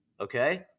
okay